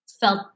felt